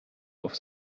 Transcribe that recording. auf